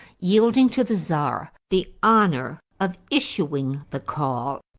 yielding to the czar the honor of issuing the call.